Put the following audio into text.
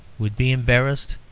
would be embarrassed,